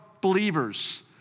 believers